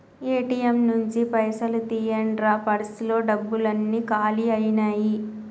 ATM నుంచి పైసలు తీయండ్రా పర్సులో డబ్బులన్నీ కాలి అయ్యినాయి